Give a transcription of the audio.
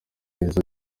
n’izo